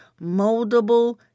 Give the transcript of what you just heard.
moldable